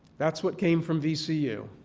that's what came from vcu.